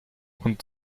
und